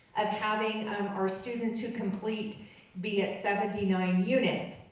of having our students who complete be at seventy nine units.